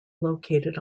located